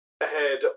ahead